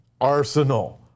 arsenal